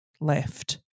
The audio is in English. left